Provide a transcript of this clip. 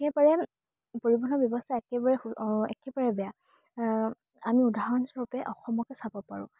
একেবাৰে পৰিবহণৰ ব্যৱস্থা একেবাৰে একেবাৰে বেয়া আমি উদাহৰণস্বৰূপে অসমকে চাব পাৰোঁ